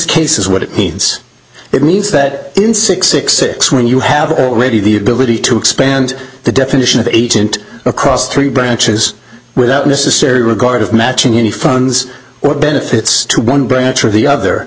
case is what it means it means that in six six six when you have already the ability to expand the definition of agent across three branches without necessary regard of matching any funds or benefits to one branch or the other